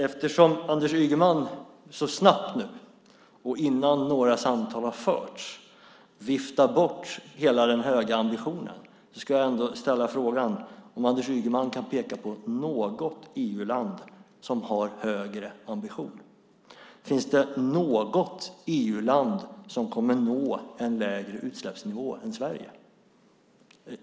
Eftersom Anders Ygeman så snabbt och innan några samtal har förts viftar bort hela den höga ambitionen ska jag ändå ställa frågan om han kan peka på något EU-land som har en högre ambition. Finns det något EU-land som kommer att nå en lägre utsläppsnivå än Sverige?